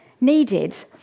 needed